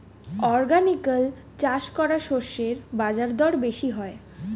organically চাষ করা শস্যের বাজারদর বেশি হয়